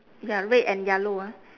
ya red and yellow ah